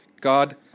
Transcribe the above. God